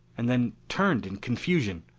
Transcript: and then turned in confusion.